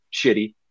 shitty